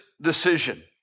decision